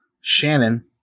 Shannon